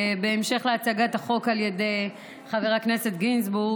בהמשך להצגת הצעת החוק על ידי חבר הכנסת גינזבורג,